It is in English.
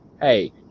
Hey